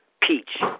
Peach